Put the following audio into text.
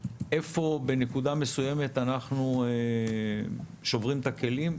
איפה בנקודה מסוימת אנחנו שוברים את הכלים,